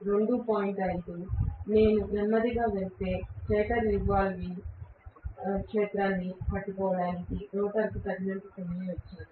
5 నేను నెమ్మదిగా వెళితే స్టేటర్ రివాల్వింగ్ అయస్కాంత క్షేత్రాన్ని పట్టుకోవడానికి రోటర్కు తగినంత సమయం ఇచ్చాను